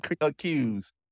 accused